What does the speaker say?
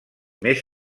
més